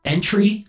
Entry